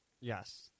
Yes